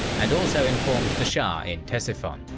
and also informed the shah in ctesiphon.